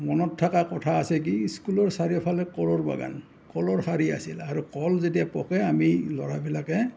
মনত থকা কথা আছে কি স্কুলৰ চাৰিওফালে কলৰ বাগান কলৰ শাৰী আছিল আৰু কল যেতিয়া পকে আমি ল'ৰাবিলাকে